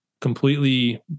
completely